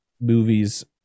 movies